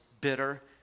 bitter